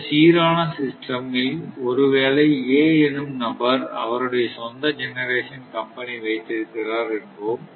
இந்த சீரான சிஸ்டம் இல் ஒருவேளை A என்னும் நபர் அவருடைய சொந்த ஜெனரேஷன் கம்பெனி வைத்திருக்கிறார் என்போம்